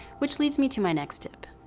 which leads me to my next tip.